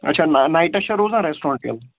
اَچھا نہ نایٹَس چھا روزان رٮ۪سٹرٛونٛٹ یَلہٕ